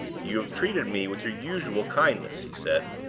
you have treated me with your usual kindness, he said,